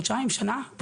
חודשיים, שנה.